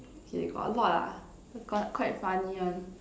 okay got a lot ah got quite funny one